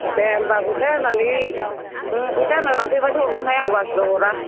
दे होमब्ला फैसा होना नै लांफैब्लासो हरगोनहाय आं बाखिब्ला हरा